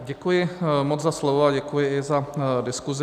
Děkuji moc za slovo a děkuji i za diskusi.